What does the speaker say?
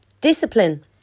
Discipline